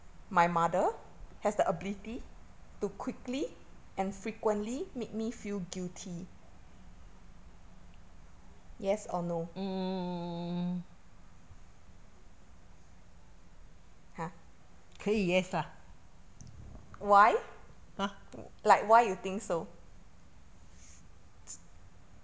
mm 可以 yes 啦 !huh!